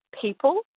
people